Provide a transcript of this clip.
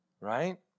right